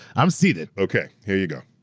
i'm seated okay, here you go.